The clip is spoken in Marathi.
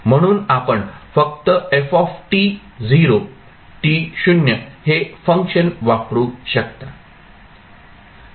म्हणून आपण फक्त हे फंक्शन वापरू शकता